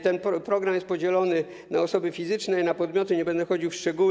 Ten program jest podzielony na osoby fizyczne i na podmioty, nie będę wchodził w szczegóły.